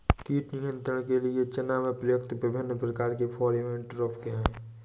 कीट नियंत्रण के लिए चना में प्रयुक्त विभिन्न प्रकार के फेरोमोन ट्रैप क्या है?